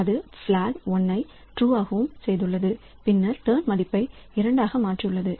இது பிளாக் 1 ஐ ட்ரூவாகவும்செய்துள்ளது பின்னர் டர்ன் மதிப்பை 2 மாறியுள்ளது